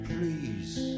Please